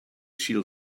shield